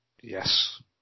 Yes